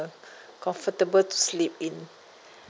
uh comfortable to sleep in